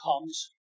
comes